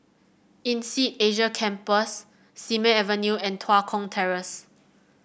INSEAD Asia Campus Simei Avenue and Tua Kong Terrace